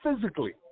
physically